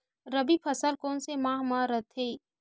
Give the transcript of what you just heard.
रबी फसल कोन सा माह म रथे?